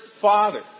father